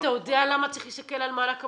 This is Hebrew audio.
אתה יודע למה צריך להסתכל על מענק עבודה?